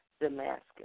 Damascus